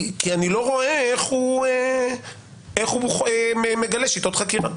אני לא רואה איך הוא מגלה שיטות חקירה.